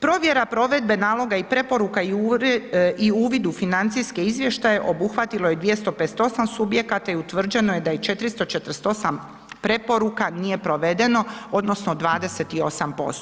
Provedba provjere naloga i preporuka i uvid u financijske izvještaje obuhvatilo je 258 subjekata i utvrđeno je da je 448 preporuka nije provedeno, odnosno, 28%